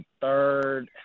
third –